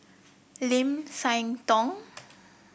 Lim Siah Tong